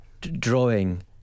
drawing